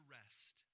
rest